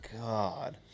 God